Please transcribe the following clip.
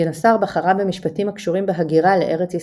גינוסר בחרה במשפטים הקשורים בהגירה לארץ ישראל,